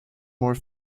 more